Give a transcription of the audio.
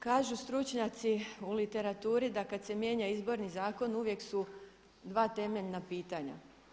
Kažu stručnjaci u literaturi da kad se mijenja Izborni zakon uvijek su dva temeljna pitanja.